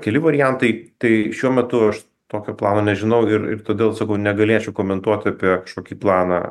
keli variantai tai šiuo metu aš tokio plano nežinau ir ir todėl sakau negalėčiau komentuot apie kažkokį planą